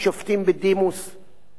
בסדר, אבל הנשיא אמר את דברו.